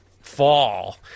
fall